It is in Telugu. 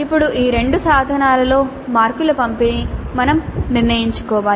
ఇప్పుడు ఈ రెండు సాధనలలో మార్కుల పంపిణీ మేము నిర్ణయించుకోవాలి